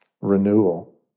renewal